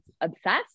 obsessed